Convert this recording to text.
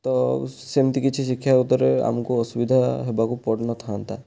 ତ ସେମିତି କିଛି ଶିକ୍ଷା ଉପରେ ଆମକୁ ଅସୁବିଧା ହେବାକୁ ପଡ଼ିନଥାନ୍ତା